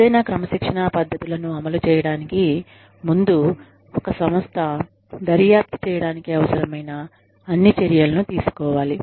ఏదైనా క్రమశిక్షణా పద్ధతులను అమలు చేయడానికి ముందు ఒక సంస్థ దర్యాప్తు చేయడానికి అవసరమైన అన్ని చర్యలను తీసుకోవాలి